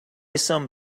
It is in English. some